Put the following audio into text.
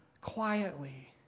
Quietly